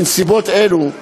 בנסיבות הללו,